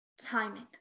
timing